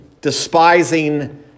despising